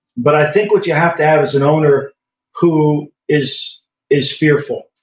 but i think what you have to have is an owner who is is fearful.